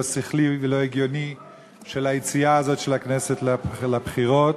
שכלי ולא הגיוני של היציאה הזאת של הכנסת לבחירות,